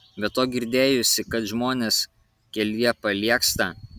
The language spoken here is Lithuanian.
be to girdėjusi kad žmonės kelyje paliegsta